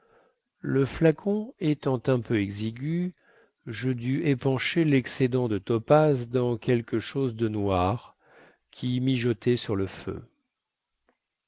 le flacon étant un peu exigu je dus épancher lexcédent de topaze dans quelque chose de noir qui mijotait sur le feu